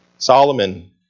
Solomon